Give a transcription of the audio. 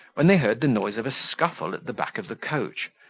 when they heard the noise of a scuffle at the back of the coach,